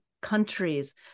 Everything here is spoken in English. countries